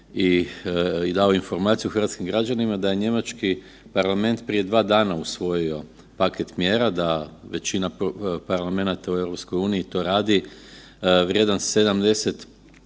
i dao informaciju hrvatskim građanima, da je njemački parlament prije 2 dana usvojio paket mjera da većina parlamenata u EU to radi, vrijedan 750